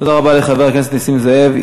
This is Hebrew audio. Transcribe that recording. תודה רבה לחבר הכנסת נסים זאב.